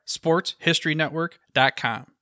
sportshistorynetwork.com